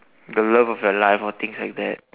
the love of your life or things like that